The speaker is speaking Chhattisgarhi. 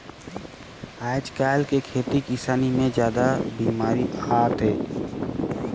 आयज कायल के खेती किसानी मे जादा बिमारी आत हे